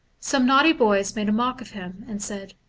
some naughty boys made a mock of him and said,